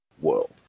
world